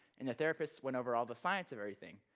and the therapist went over all the science of everything,